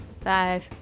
Five